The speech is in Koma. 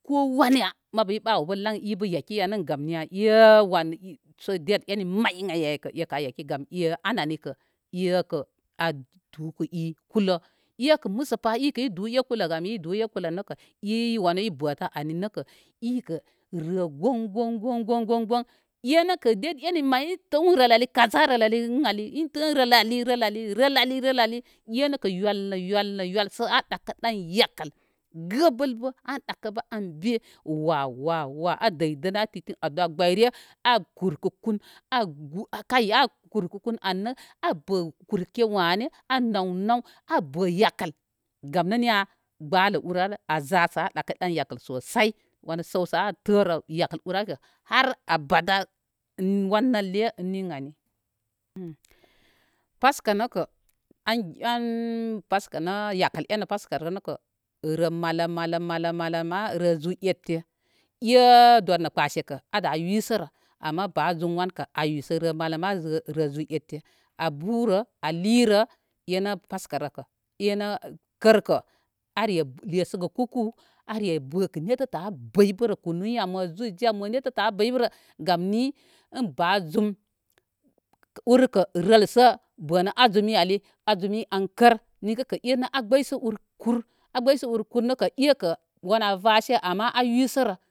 Ko wanya, mabu i gbə dikkə aybə yaki yan, gam niya é wan sə date eni may ən ay. Gam e anə anikə é a du ɨ kulə. e kə məsəpá ɨ kə i duy é kulə gamɨ du ekulə nəkə i wanə i bətə ani nəkə i kə rə goŋ goŋ goŋ. E nəkə date eni mayi in tə inrəl ali kaza kə rəl in ali. Intə inrəl ali rəl ali rəl ali e nəkə yəl nə yəl nə yəl sə a ɗakə ɗan yakəl gəbəl bə an be wa wa wa a a dəl dən a ti tin aduwa gbəyre. A kurkə kun a gu kay a kurkə kun annə a bə kurke wáné. A nəw nən yakəl gamnə niya gbələ ur al an za sə a ɗakə ɗan yakəl sosai wanə səw sə a tərə yakəl ur al kə har abada wan nəlle ni ən ani. Paskanə kə an an yakəl eni paskarə nə rəl malə malə malə ma rə zu étté é dor nə kpəsekə a yisərə ama ba zum wankə an yisə rə zu ette a burə a lirə, enə paskarə kə enə kərkə are lesəgə kukuu are bəkə nettə tə a bəy bərə kunu yiya mo juice yiya gamni? In ba zum urkə rəlsə bənə azumi ali azumi an kər ninkə enə a gbəy sə ur kul, agbəysə ur kul nəkə wanan vase am a yisərə.